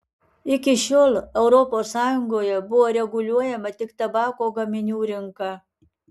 iki šiol europos sąjungoje buvo reguliuojama tik tabako gaminių rinka